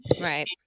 Right